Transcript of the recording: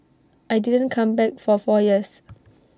I didn't come back for four years